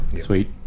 Sweet